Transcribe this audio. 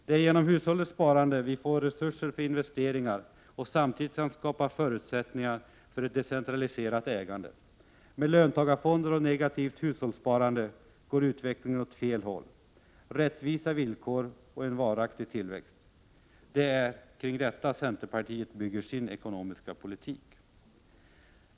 Det är genom hushållens sparande vi får resurser för investeringar och samtidigt kan skapa förutsättningar för ett decentraliserat ägande. Med löntagarfonder och negativt hushållssparande går utvecklingen åt fel håll. Det är kring rättvisa villkor och en varaktig ekonomisk tillväxt som centerpartiet bygger sin ekonomiska politik.